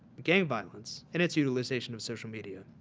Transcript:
gang violence and its utilization of social media.